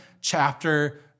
chapter